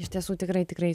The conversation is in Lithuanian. iš tiesų tikrai tikrai